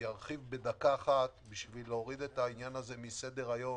ירחיב בדקה אחת כדי להוריד את העניין הזה מסדר-היום,